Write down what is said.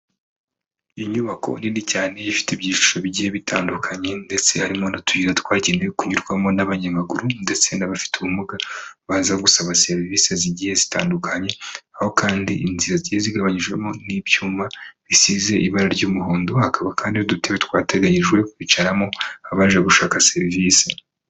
Inyubako nini cyane ifite ibyiciro bigiye bitandukanye ndetse harimo n'utuyira twagenewe kunyurwamo n'abanyamaguru ndetse n'abafite ubumuga baza gusaba serivise zigiye zitandukanye, aho kandi inzira zagiye zigabanyijwemo n'ibyuma bisize ibara ry'umuhondo, hakaba kandi n'udutebe twateganyijwe kwicaramo abaje gushaka serivise.